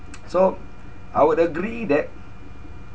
so I would agree that